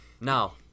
Now